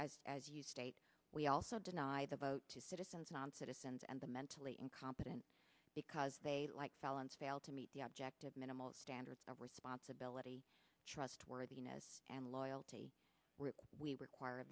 also as you state we also deny the vote to citizens non citizens and the mentally incompetent because they like felons fail to meet the objective minimal standards of responsibility trustworthiness and loyalty we require